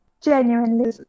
genuinely